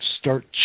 start